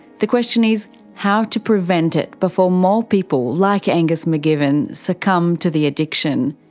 the question is how to prevent it before more people like angus mcgivern succumb to the addiction.